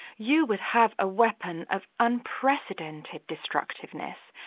you would have a weapon of unprecedented destructiveness,